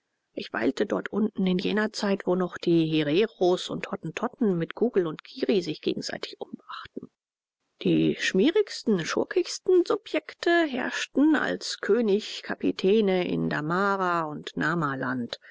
ich weilte dort unten in jener zeit wo noch die hereros und hottentotten mit kugel und kirri sich gegenseitig umbrachten die schmierigsten schurkischsten subjekte herrschten als könig kapitäne in damara und